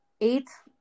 eighth